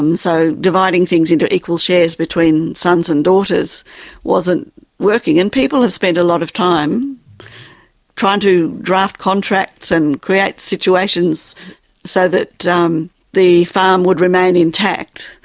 um so dividing things into equal shares between sons and daughters wasn't working, and people have spent a lot of time trying to draft contracts and create situations so that um the farm would remain intact.